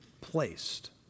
placed